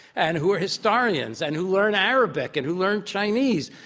and who are historians and who learn arabic and who learn chinese,